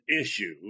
issue